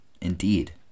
indeed